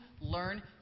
learn